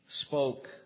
spoke